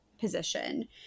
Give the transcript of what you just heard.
position